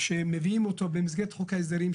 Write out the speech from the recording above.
שמביאים אותו במסגרת חוק ההסדרים,